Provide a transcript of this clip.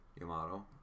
Yamato